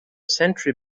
century